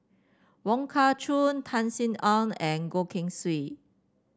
Wong Kah Chun Tan Sin Aun and Goh Keng Swee